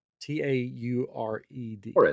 T-A-U-R-E-D